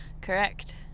correct